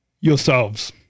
yourselves